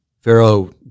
Pharaoh